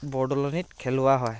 বৰদলনিত খেলোৱা হয়